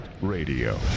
Radio